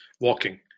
walking